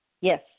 Yes